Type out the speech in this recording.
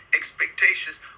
expectations